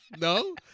No